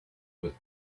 with